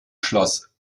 schloss